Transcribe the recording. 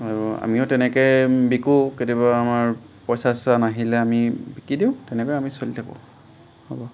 আৰু আমিও তেনেকৈ বিকো কেতিয়াবা আমাৰ পইচা চইচা নাহিলে আমি বিকি দিওঁ তেনেকৈয়ে আমি চলি থাকোঁ হ'ব